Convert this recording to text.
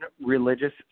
religious